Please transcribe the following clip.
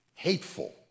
hateful